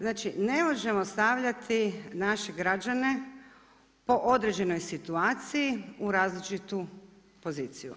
Znači ne možemo stavljati naše građane po određenoj situaciji u različitu poziciju.